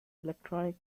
electronic